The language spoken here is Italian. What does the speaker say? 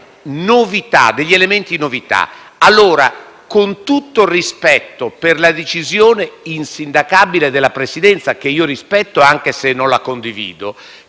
che presenta elementi di novità. Pertanto, con tutto il rispetto per la decisione insindacabile della Presidenza, che rispetto, anche se non la condivido,